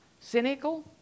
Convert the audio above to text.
cynical